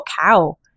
cow